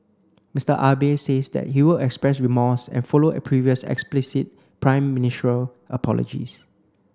Mister Abe says that he will express remorse and follow previous explicit prime ministerial apologies